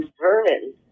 Vernon